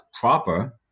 proper